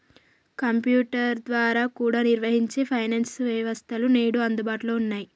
computer ద్వారా కూడా నిర్వహించే ఫైనాన్స్ వ్యవస్థలు నేడు అందుబాటులో ఉన్నయ్యి